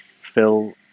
Phil